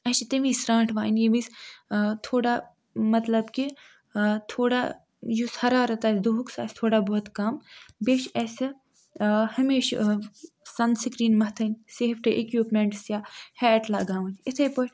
اَسہِ چھِ تَمہِ وِزِ سرٛانٛٹھ وایِنۍ ییٚمہِ وِز تھوڑا مَطلَب کہِ تھوڑا یُس حرارت آسہِ دۅہُک سُہ آسہِ تھوڑا بہت کم بیٚیہِ چھِ اَسہِ ہمیشہِ سَن سِکریٖن مَتھٕنۍ سیفٹی اِکوِپمٮ۪نٛٹس یا ہیٹ لگاوٕنۍ